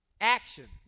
Action